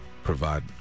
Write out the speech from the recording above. Provide